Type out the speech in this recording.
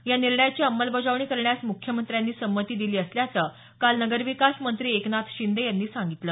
या निर्णयाची अंमलबजावणी करण्यास मुख्यमंत्र्यांनी संमती दिली असल्याचं काल नगरविकास मंत्री एकनाथ शिंदे यांनी सांगितलं